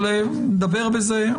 נדבר בזה.